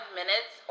minutes